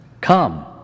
Come